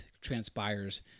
Transpires